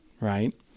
Right